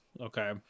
okay